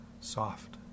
soft